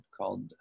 called